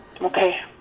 Okay